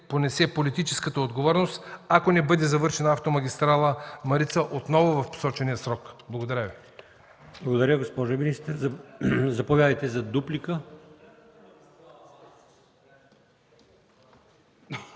понесе политическата отговорност, ако не бъде завършена Автомагистрала „Марица” отново в посочения срок? Благодаря Ви.